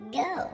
go